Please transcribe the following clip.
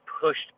pushed